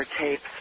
tapes